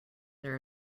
there